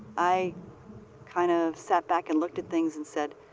i kind of sat back and look at things and said,